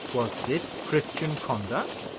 was this christian conduct?